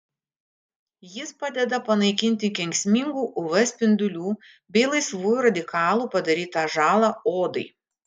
jis padeda panaikinti kenksmingų uv spindulių bei laisvųjų radikalų padarytą žalą odai